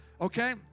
Okay